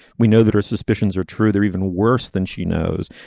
we know that her suspicions are true they're even worse than she knows.